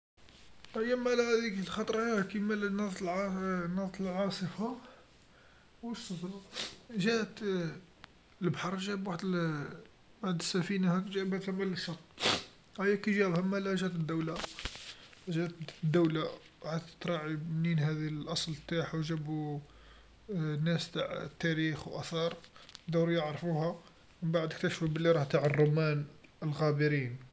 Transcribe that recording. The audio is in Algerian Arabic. أيا مالا هاذيك الخطرا كمالا ناضت ل، ناضت العاصفه وش ظل جات البحر جاب وحد وحد السفينه هاك جابتهم للشط أيا كجاوها مالا جات الدوله، جات الدوله راحت تراعي منين هاذي الأصل تاعها، جابو ناس تع تاريخ و آثار بداو يعرفوها مبعد كتشفو بلي راه تع الرومان الغابرين.